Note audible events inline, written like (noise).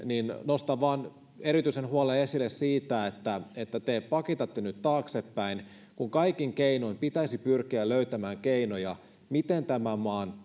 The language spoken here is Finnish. nostan erityisen huolen esille siitä että että te pakitatte nyt taaksepäin kun kaikin keinoin pitäisi pyrkiä löytämään keinoja miten tämän maan (unintelligible)